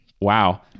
Wow